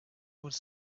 would